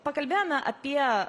pakalbėjome apie